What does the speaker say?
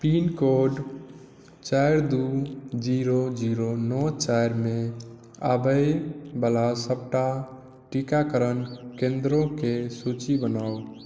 pin code चारि दू zero zero नओ चारि मे आबैय बला सबटा टीकाकरण केंद्रोंके सूचि बनाऊ